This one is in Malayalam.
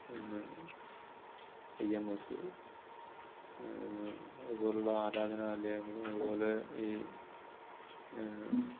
ഐ എം എസ് അതുപോലെയുള്ള ആരാധനലയങ്ങൾ അതുപോലെ ഈ